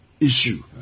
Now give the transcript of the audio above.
issue